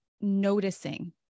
noticing